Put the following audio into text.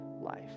life